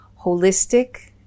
holistic